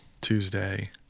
Tuesday